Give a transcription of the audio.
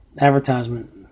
advertisement